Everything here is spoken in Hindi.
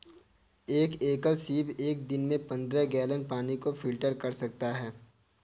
एक एकल सीप एक दिन में पन्द्रह गैलन पानी को फिल्टर कर सकता है